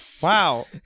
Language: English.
Wow